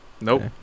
Nope